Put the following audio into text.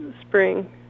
spring